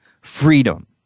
Freedom